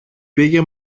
πήγε